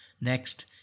Next